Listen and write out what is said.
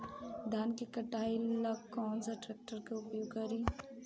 धान के कटाई ला कौन सा ट्रैक्टर के उपयोग करी?